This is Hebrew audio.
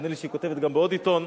נדמה לי שהיא כותבת גם בעוד עיתון.